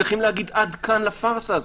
צריכים לומר עד כאן לפארסה הזאת.